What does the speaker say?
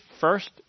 first